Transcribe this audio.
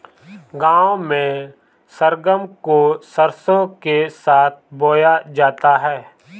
गांव में सरगम को सरसों के साथ बोया जाता है